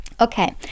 Okay